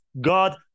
God